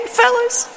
fellas